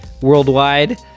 worldwide